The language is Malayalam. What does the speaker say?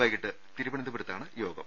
വൈകീട്ട് തിരുവനന്തപുരത്താണ് യോ ഗം